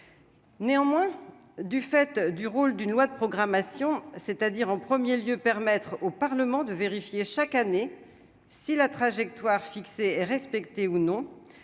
néanmoins du fait du rôle d'une loi de programmation, c'est-à-dire en 1er lieu permettre au Parlement de vérifier chaque année si la trajectoire fixée respecté ou non,